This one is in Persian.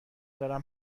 دارم